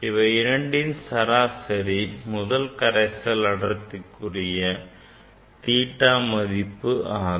இவை இரண்டின் சராசரி முதல் கரைசல் அடர்த்திக்குரிய theta மதிப்பு ஆகும்